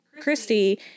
Christy